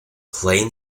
plain